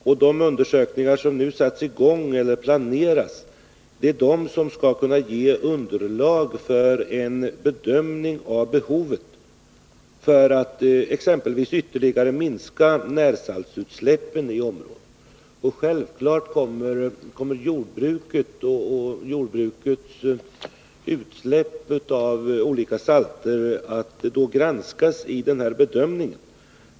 Och de undersökningar som nu satts i gång eller som planeras skall ge underlag för en bedömning av behovet att exempelvis ytterligare minska utsläppen av närsalter i området. Självfallet kommer jordbruket och jordbrukets utsläpp av olika salter att granskas också vid den bedömningen.